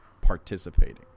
participating